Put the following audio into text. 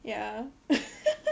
yeah